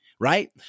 Right